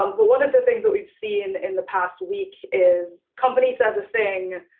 um but one of the things that we've seen in the past week is companies as a thing.